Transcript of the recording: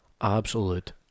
Absolute